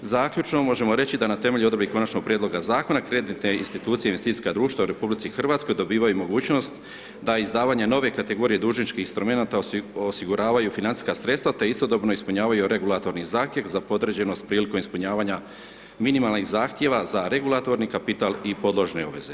Zaključno, možemo reći da na temelju odredbi konačnog prijedloga zakona kreditne institucije i investicijska društva u RH dobivaju mogućnost da izdavanje nove kategorije dužničkih instrumenata osiguravaju financijska sredstva te istodobno ispunjavaju regulatorni zahtjev za podređenost prilikom ispunjavanja minimalnih zahtjeva za regulatorni kapital i podložne obveze.